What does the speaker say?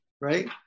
right